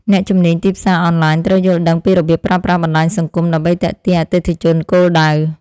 អ្នកជំនាញទីផ្សារអនឡាញត្រូវយល់ដឹងពីរបៀបប្រើប្រាស់បណ្តាញសង្គម ដើម្បីទាក់ទាញអតិថិជនគោលដៅ។